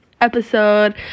episode